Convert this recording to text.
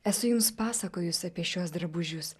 esu jums pasakojus apie šiuos drabužius